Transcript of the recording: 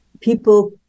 people